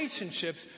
relationships